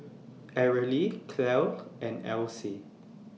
Arely Clell and Elsie